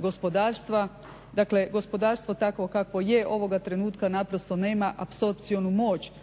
gospodarstva. Dakle, gospodarstvo takvo kakvo je, ovoga trenutka naprosto nema apsorpcionu moć